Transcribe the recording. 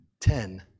ten